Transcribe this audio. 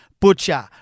Butcher